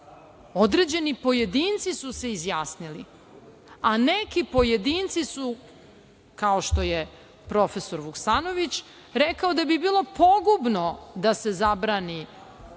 Određeni pojedinci su se izjasnili, a neki pojedinci su, kao što je profesor Vuksanović, rekao da bi bilo pogubno da se zabrani ovakva